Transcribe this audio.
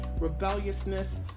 rebelliousness